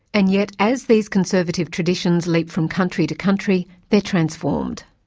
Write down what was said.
and yet, as these conservative traditions leap from country to country, they're transformed.